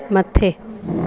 मथे